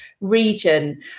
region